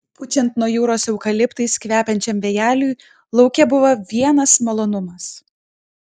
pučiant nuo jūros eukaliptais kvepiančiam vėjeliui lauke buvo vienas malonumas